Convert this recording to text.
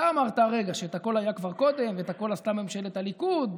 אתה אמרת הרגע שהכול היה כבר קודם ואת הכול עשתה ממשלת הליכוד,